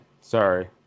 Sorry